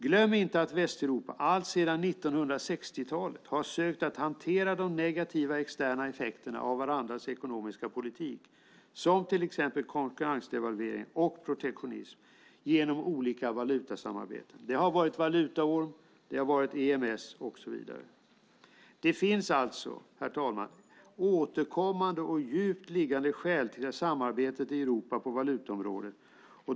Glöm inte att Västeuropa alltsedan 1960-talet har sökt att hantera de negativa externa effekterna av varandras ekonomiska politik som till exempel konkurrensdevalvering och protektionism genom olika valutasamarbeten. Det har varit valutaorm, EMS och så vidare. Herr talman! Det finns alltså återkommande och djupt liggande skäl till samarbetet i Europa på valutaområdet.